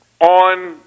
on